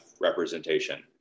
representation